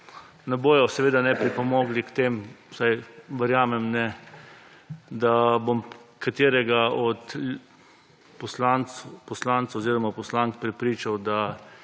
ki pa seveda ne bodo pripomogle k temu, vsaj verjamem ne, da bom katerega od poslancev oziroma poslank prepričal, da